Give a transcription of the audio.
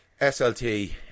SLT